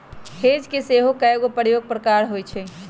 hedge के सेहो कएगो प्रकार होइ छै